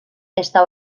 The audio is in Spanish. está